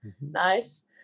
nice